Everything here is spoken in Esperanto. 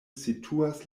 situas